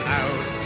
out